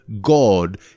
God